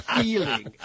feeling